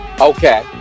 Okay